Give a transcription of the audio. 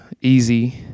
easy